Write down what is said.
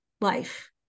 life